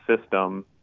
system